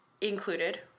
included